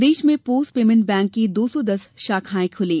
प्रदेश में post payment bank की दो सौ दस शाखाएं शुरू